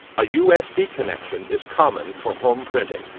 a usb connection is common for home printing.